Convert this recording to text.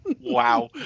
Wow